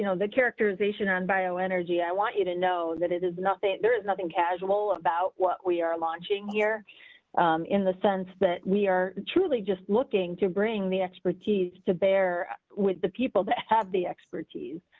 you know the characterization on bio energy. i want you to know that it has nothing. there is nothing casual about what we are launching here in the sense that we are truly just looking to bring the expertise to bear with the people that have the expertise.